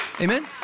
Amen